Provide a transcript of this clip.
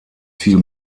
viel